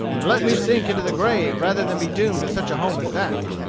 let me sink into the grave rather than be doomed to such a home as that.